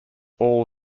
all